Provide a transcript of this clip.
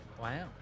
Wow